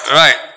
right